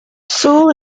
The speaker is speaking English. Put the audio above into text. sewell